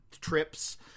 trips